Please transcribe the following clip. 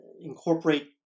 incorporate